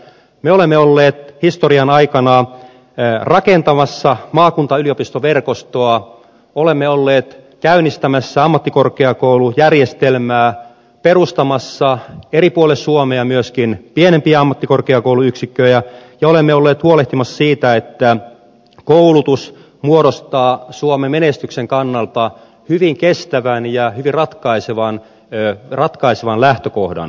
me olemme olleet historian aikana rakentamassa maakuntayliopistoverkostoa olemme olleet käynnistämässä ammattikorkeakoulujärjestelmää perustamassa eri puolille suomea myöskin pienempiä ammattikorkeakouluyksikköjä ja olemme olleet huolehtimassa siitä että koulutus muodostaa suomen menestyksen kannalta hyvin kestävän ja hyvin ratkaisevan lähtökohdan